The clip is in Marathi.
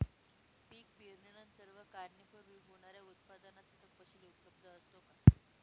पीक पेरणीनंतर व काढणीपूर्वी होणाऱ्या उत्पादनाचा तपशील उपलब्ध असतो का?